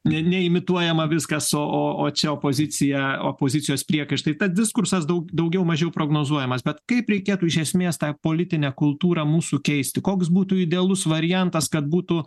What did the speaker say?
ne ne imituojama viskas o o čia opozicija opozicijos priekaištai tad diskursas daug daugiau mažiau prognozuojamas bet kaip reikėtų iš esmės tą politinę kultūrą mūsų keisti koks būtų idealus variantas kad būtų